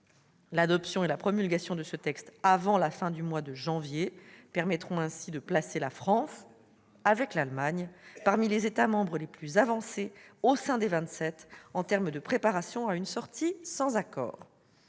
L'adoption et la promulgation de ce texte avant la fin du mois de janvier permettront ainsi de placer la France, avec l'Allemagne, parmi les États membres les plus avancés, au sein des 27, dans la préparation à une sortie sans accord.